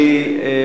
אני מבקש,